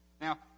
Now